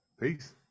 Peace